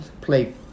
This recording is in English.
play